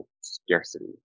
scarcity